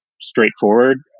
straightforward